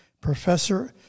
professor